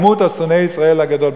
הדמות של שונא ישראל הגדול.